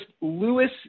Lewis